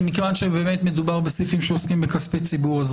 אני רוצה לומר שאנחנו לא משתמשים בזה באופן סיטונאי.